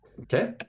Okay